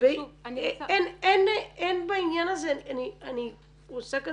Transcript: אין בעניין הזה --- אני עושה כאן